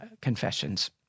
Confessions